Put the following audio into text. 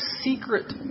secret